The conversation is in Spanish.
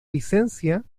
licencia